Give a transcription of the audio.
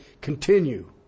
continue